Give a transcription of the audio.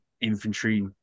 infantry